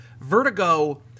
Vertigo